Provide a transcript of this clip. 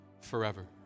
forever